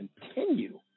continue